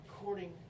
according